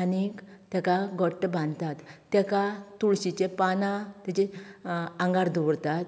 आनीक ताका घट्ट बांदतात ताका तुळशीचें पानां तेचे आंगार दवरतात